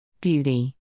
Beauty